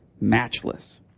matchless